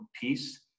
piece